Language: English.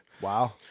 Wow